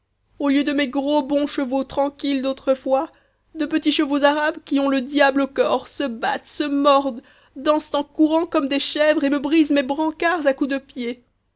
au lieu de mes gros bons chevaux tranquilles d'autrefois de petits chevaux arabes qui out le diable au corps se battent se mordent dansent en courant comme des chèvres et me brisent mes brancards à coups de pieds